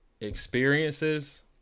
experiences